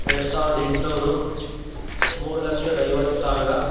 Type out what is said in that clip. ಎರ್ಡು ಸಾವಿರ್ದ ಎಂಟುನೂರು ಮೂರು ಲಕ್ಷದ ಐವತ್ತು ಸಾವಿರ